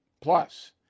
Plus